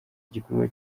gikorwa